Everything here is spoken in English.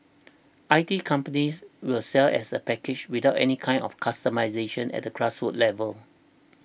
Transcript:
I T companies will sell as a package without any kind of customisation at a grassroots level